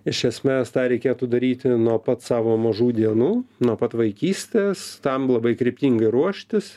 iš esmės tą reikėtų daryti nuo pat savo mažų dienų nuo pat vaikystės tam labai kryptingai ruoštis